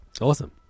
Awesome